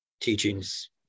teachings